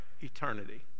eternity